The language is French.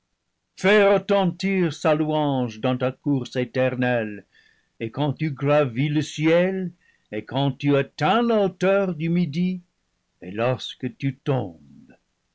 fais retentir sa louange dans ta course éternelle et quand tu gravis le ciel et quand tu atteins la hauteur du midi et lorsque tu tombes